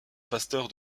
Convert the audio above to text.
pasteur